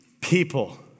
people